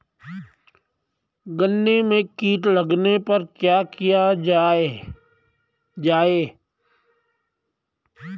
गन्ने में कीट लगने पर क्या किया जाये?